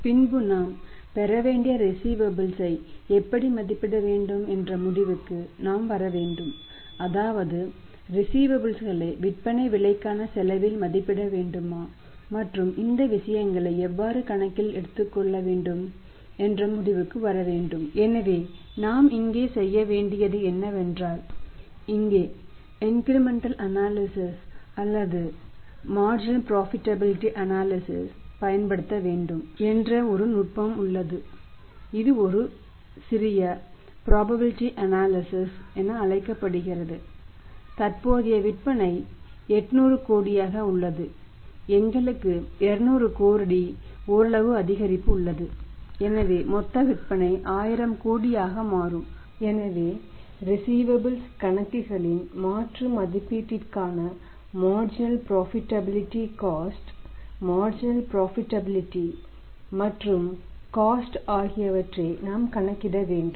பின்பு நாம் பெற வேண்டிய ரிஸீவபல்ஸ் ஆகியவற்றை நாம் கணக்கிட வேண்டும்